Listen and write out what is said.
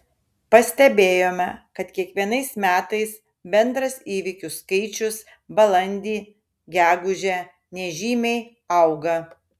pastebėjome kad kiekvienais metais bendras įvykių skaičius balandį gegužę nežymiai auga